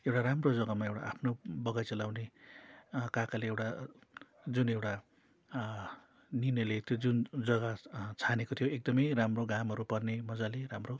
एउटा राम्रो जग्गामा एउटा आफ्नो बगैँचा लगाउने काकाले एउटा जुन एउटा निर्णय लिएको थियो त्यो जुन जग्गा छानेको थियो एकदमै राम्रो घामहरू पर्ने मजाले राम्रो